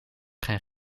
gaan